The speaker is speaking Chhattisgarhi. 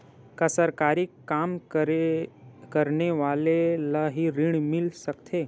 का सरकारी काम करने वाले ल हि ऋण मिल सकथे?